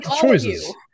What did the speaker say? choices